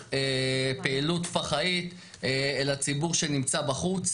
פעילות פח"עית אל הציבור שנמצא בחוץ.